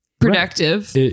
productive